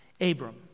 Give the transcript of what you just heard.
Abram